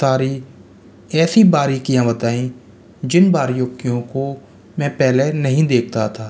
सारी ऐसी बारीकियाँ बताई जिन बारीकियों को मैं पहले नहीं देखता था